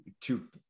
two